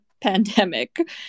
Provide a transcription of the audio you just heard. pandemic